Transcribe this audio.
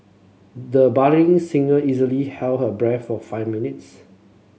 the budding singer easily held her breath for five minutes